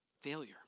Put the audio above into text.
failure